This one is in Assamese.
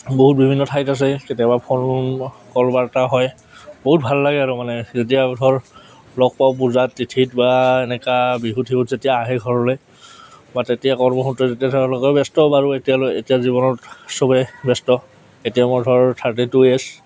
বহুত বিভিন্ন ঠাইত আছে কেতিয়াবা কল কলবাৰ্তা হয় বহুত ভাল লাগে আৰু মানে যেতিয়া ধৰক লগ পাওঁ পূজাত তিথিত বা এনেকা বিহু চিহুত যেতিয়া আহে ঘৰলৈ বা তেতিয়া কৰ্মসূত্ৰে যেতিয়া ধৰক ব্যস্ত বাৰু এতিয়া এতিয়া জীৱনত চবেই ব্যস্ত এতিয়া মোৰ ধৰক থাৰ্টি টু ইয়েৰ্ছ